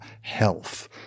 health